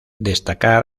destacar